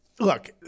Look